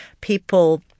people